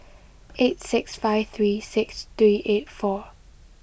eight six five three six three eight four